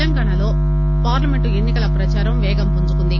తెలంగాణాలో పార్లమెంట్ ఎన్నికల ప్రదారం పేగం పుంజుకుంది